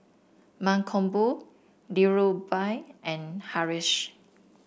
Mankombu Dhirubhai and Haresh